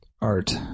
Art